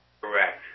Correct